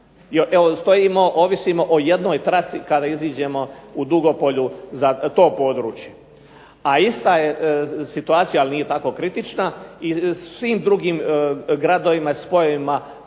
Evo stojimo, ovisimo o jednoj traci kada izađemo u Dugopolju za to područje. A ista je situacija, ali nije tako kritična i u svim drugim gradovima, spojevima